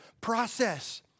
process